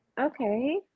okay